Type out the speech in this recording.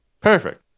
Perfect